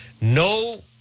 No